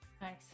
Nice